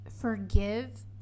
forgive